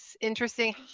interesting